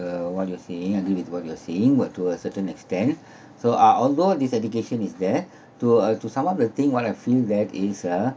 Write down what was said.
uh what you are saying agree with what you are saying what to a certain extent so uh although this education is there to uh to sum up the thing what I feel that is a